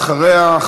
ואחריה,